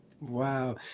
Wow